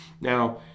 Now